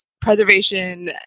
preservation